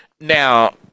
Now